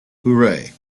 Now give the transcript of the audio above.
hooray